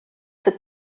for